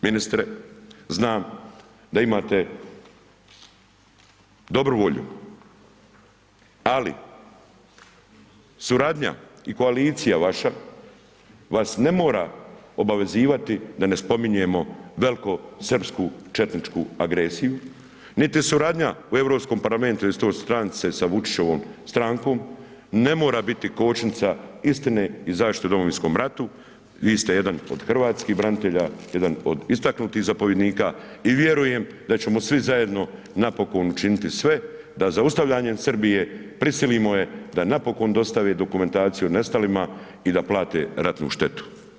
Ministre, znam, da imate dobru volju, ali suradnja i koalicija vaša, vas ne mora obavezivati da ne spominjemo velikosrpsku četničku agresiju, niti suradnja u Europskom parlamentu isto … sa Vučićevom strankom ne mora biti kočnica istine i zaštite o Domovinskom ratu, vi ste jedan od hrvatskih branitelja, jedan od istaknutih zapovjednika i vjerujem da ćemo svi zajedno napokon učiniti sve, da zaustavljanjem Srbije, prisilimo je da napokon dostavi dokumentaciju o nestalima i da plate ratnu štetu.